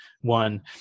one